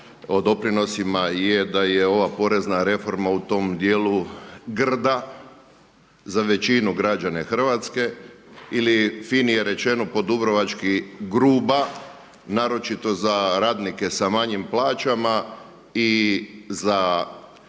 o doprinosima i je da je ova porezna reforma u tom dijelu grda za većinu građana Hrvatske ili finije rečeno po dubrovački grupa, naročito za radnike sa manjima plaćama i za